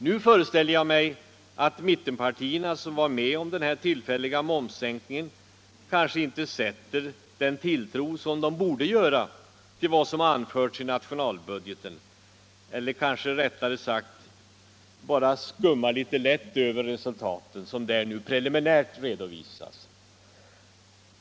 Nu föreställer jag mig att mittenpartierna, som var med om den här tillfälliga momssänkningen, kanske inte sätter så stor tilltro som de borde sätta till vad som anförs i nationalbudgeten — eller kanske rättare sagt bara lätt skummar över de resultat som där preliminärt redovisas.